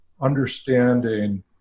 understanding